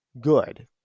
good